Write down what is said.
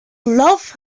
love